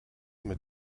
mit